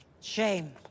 Shame